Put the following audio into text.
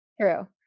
true